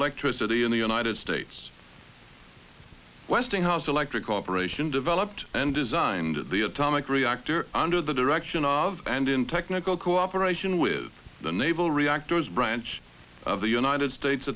electricity in the united states westinghouse electric operation developed and designed the atomic reactor under the direction of and in technical cooperation with the naval reactors branch of the united states